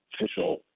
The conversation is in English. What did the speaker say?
official